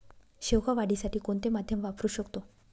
शेवगा वाढीसाठी कोणते माध्यम वापरु शकतो?